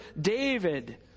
David